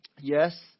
Yes